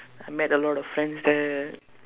I met a lot of friends there